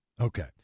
Okay